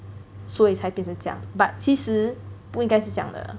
所以才变成这样 but 其实不应该是这样的